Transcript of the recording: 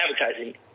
advertising